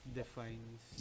defines